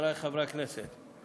חבריי חברי הכנסת,